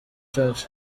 church